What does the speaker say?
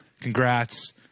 congrats